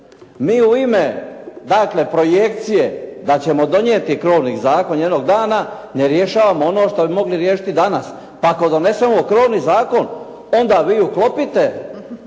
Mi u ime dakle projekcije da ćemo donijeti krovni zakon jednog dana ne rješavamo ono što bi mogli riješiti danas. Pa ako donesemo krovni zakon onda vi uklopite